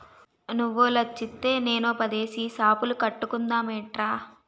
నువ్వో లచ్చిత్తే నేనో పదేసి సాపులు కట్టుకుందమేట్రా